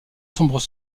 sombres